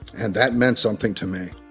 and that meant something to me